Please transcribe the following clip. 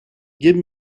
give